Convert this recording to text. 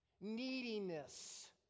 neediness